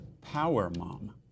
PowerMom